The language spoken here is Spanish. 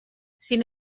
sin